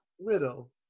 Little